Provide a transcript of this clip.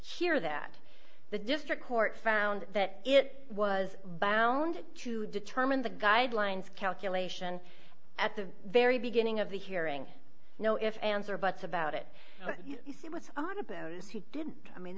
hear that the district court found that it was bound to determine the guidelines calculation at the very beginning of the hearing no ifs ands or buts about it you see what's odd about it is he didn't i mean